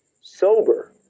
sober